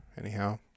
anyhow